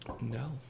no